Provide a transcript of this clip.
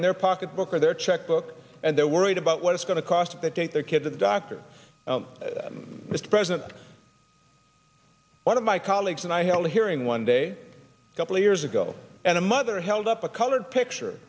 in their pocketbook or their checkbook and they're worried about what it's going to cost to take their kids a doctor mr president one of my colleagues and i held a hearing one day a couple of years ago and a mother held up a colored picture